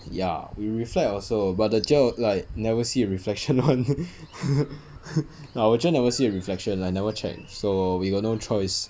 ya we reflect also but the cher al~ like never see the reflection [one] our cher never see the reflection like never check so we got like no choice